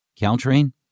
Caltrain